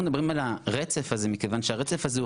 אנחנו מדברים על הרצף הזה מכיוון שהוא חשוב.